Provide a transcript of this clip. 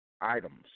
items